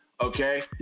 okay